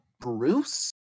Bruce